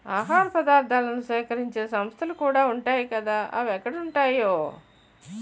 ఆహార పదార్థాలను సేకరించే సంస్థలుకూడా ఉంటాయ్ కదా అవెక్కడుంటాయో